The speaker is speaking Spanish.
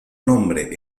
nombre